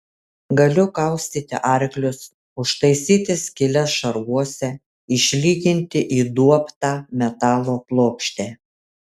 galiu kaustyti arklius užtaisyti skyles šarvuose išlyginti įduobtą metalo plokštę